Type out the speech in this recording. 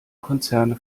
konzerne